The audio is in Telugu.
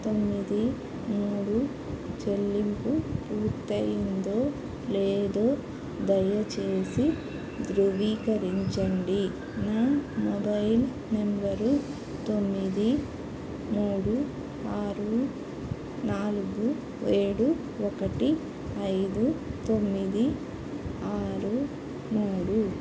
తొమ్మిది మూడు చెల్లింపు పూర్తయిందో లేదో దయచేసి ధృవీకరించండి నా మొబైల్ నంబరు తొమ్మిది మూడు ఆరు నాలుగు ఏడు ఒకటి ఐదు తొమ్మిది ఆరు మూడు